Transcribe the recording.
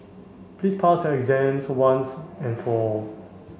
please pass your exam once and for all